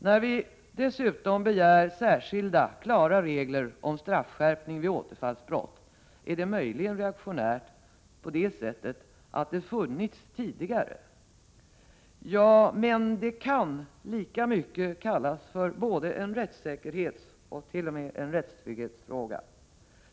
När vi dessutom begär särskilda, klara regler om straffskärpning vid återfallsbrott är det möjligen reaktionärt på det sättet att det funnits tidigare. Men det kan lika mycket kallas för både en rättssäkerhetsoch t.o.m. en rättstrygghetsfråga.